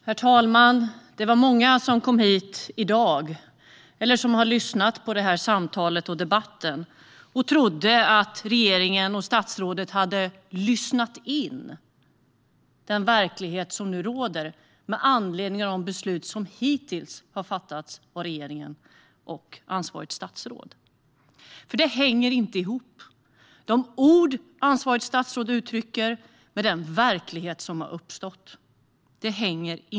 Herr talman! Många som kom hit i dag och som har lyssnat på samtalet och debatten trodde att regeringen och statsrådet hade lyssnat in den verklighet som råder med anledning av de beslut som hittills har fattats. De ord som det ansvariga statsrådet uttrycker hänger inte ihop med den verklighet som har uppstått.